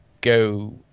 go